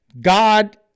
God